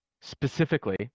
Specifically